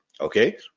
Okay